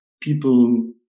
people